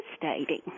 devastating